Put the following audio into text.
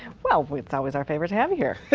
well it's always our favorite to have you here.